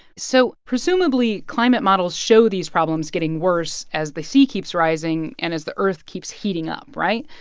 so, presumably, climate models show these problems getting worse as the sea keeps rising and as the earth keeps heating up, right?